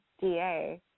DA